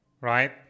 right